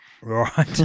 Right